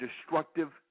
destructive